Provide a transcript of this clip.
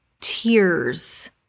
tears